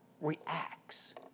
reacts